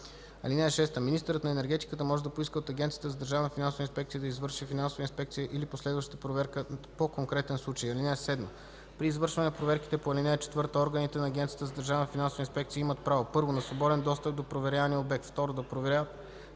(6) Министърът на енергетиката може да поиска от Агенцията за държавна финансова инспекция да извърши финансова инспекция или последваща проверка по конкретен случай. (7) При извършване на проверките по ал. 4 органите на Агенцията за държавна финансова инспекция имат право: 1. на свободен достъп до проверявания обект; 2. да проверяват